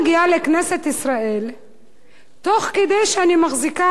ישראל תוך כדי שאני מחזיקה בידי תינוק